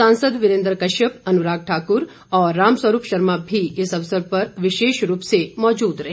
सांसद वीरेन्द्र कश्यप अनुराग ठाकुर और रामस्वरूप शर्मा भी इस अवसर पर विशेष रूप से मौजूद रहे